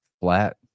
flat